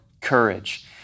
courage